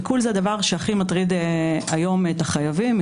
עיקול זה הדבר שהכי מטריד היום את החייבים,